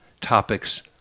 topics